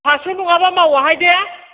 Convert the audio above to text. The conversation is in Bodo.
पास्स' नङाबा मावाहाय दे